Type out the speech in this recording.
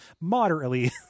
moderately